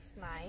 Nice